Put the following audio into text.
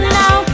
now